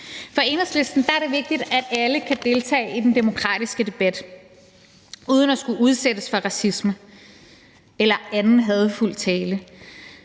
For Enhedslisten er det vigtigt, at alle kan deltage i den demokratiske debat uden at skulle udsættes for racisme eller anden hadefuld tale.